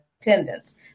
attendance